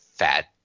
Fat